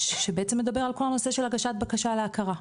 שבעצם מדבר על כל הנושא של הגשת בקשה להכרה,